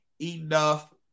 enough